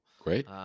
Great